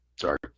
Sorry